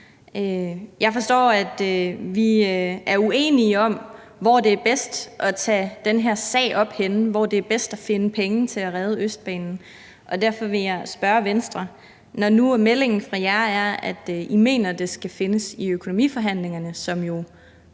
Jeg forstår, at vi er uenige om, hvor det er bedst at tage den her sag op henne, hvor det er bedst at finde penge til at redde Østbanen. Derfor vil jeg spørge Venstre: Når nu meldingen fra jer er, at I mener, at de skal findes i økonomiforhandlingerne, som jo